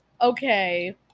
Okay